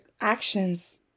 actions